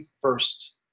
first